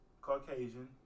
Caucasian